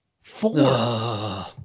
Four